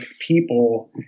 people